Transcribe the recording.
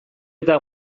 eta